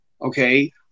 okay